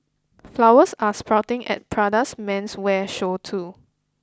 flowers are sprouting at Prada's menswear show too